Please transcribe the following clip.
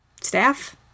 Staff